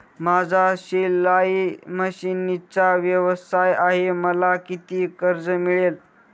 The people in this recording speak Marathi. माझा शिलाई मशिनचा व्यवसाय आहे मला किती कर्ज मिळेल?